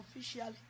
officially